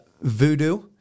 voodoo